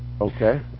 Okay